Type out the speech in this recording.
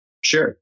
Sure